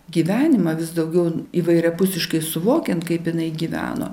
gyvenimą vis daugiau įvairiapusiškai suvokiant kaip jinai gyveno